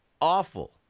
Awful